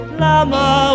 lama